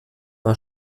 war